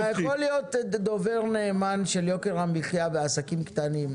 אתה יכול להיות דובר נאמן של יוקר המחייה ושל העסקים הקטנים,